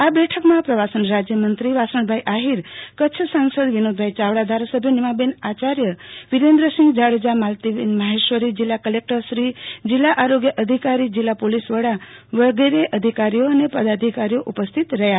આ બેઠકમાં પ્રવાસન રાજયમંત્રી વાસણભાઈ આહીર સાંસદ વિનોદભાઈ ચાવડા ધારાસભ્ય નીમાબેન આચાર્ય વિરેન્દસિંહ જાડજા માલતીબેન મહેશ્વરી જિલ્લા કલેકટર શ્રી જિલ્લા આરોગ્ય અધિકારી જિલ્લા પોલીસવડા વગેરે પદાધિકારીઓ ઉપસ્થિતિ રહયા